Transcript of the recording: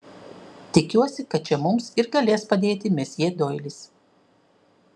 tikiuosi kad čia mums ir galės padėti mesjė doilis